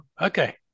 Okay